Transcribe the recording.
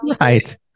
right